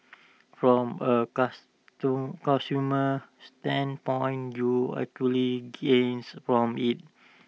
from A consumer standpoint you actually gains from IT